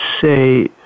say